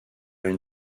une